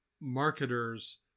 marketers